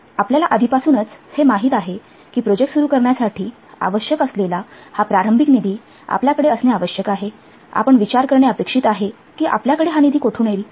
आपल्याला आधीपासूनच हे माहित आहे की प्रोजेक्ट सुरु करण्यासाठी आवश्यक असलेला हा प्रारंभिक निधी आपल्याकडे असणे आवश्यक आहे आपण विचार करणे अपेक्षित आहे कि आपल्याकडे हा निधी कोठून येईल